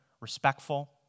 respectful